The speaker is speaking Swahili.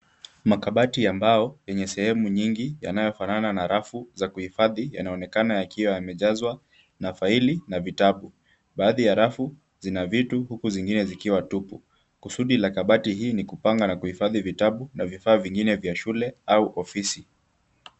Makabati ya mbao yenye sehemu nyingi yanayofanana na rafu za kuhifadhi yanaonekana yakiwa yamejazwa na faili na vitabu. Baadhi ya rafu zina vitu huku zingine zikiwa tupu. Kusudi la kabati hii ni kupanga na kuhifadi vitabu na vifaa vingine vya shule au ofisi.